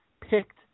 picked